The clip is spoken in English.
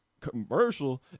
commercial